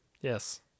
Yes